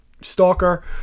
stalker